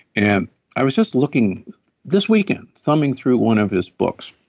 and i was just looking this weekend, thumbing through one of his books,